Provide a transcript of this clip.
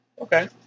Okay